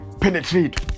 penetrate